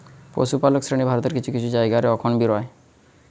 পশুপালক শ্রেণী ভারতের কিছু কিছু জায়গা রে অখন বি রয়